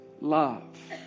Love